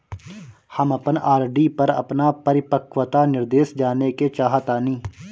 हम अपन आर.डी पर अपन परिपक्वता निर्देश जानेके चाहतानी